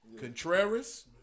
Contreras